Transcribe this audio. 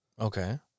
Okay